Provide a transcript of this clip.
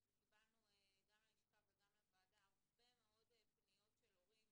אנחנו קיבלנו גם ללשכה וגם לוועדה הרבה מאוד פניות של הורים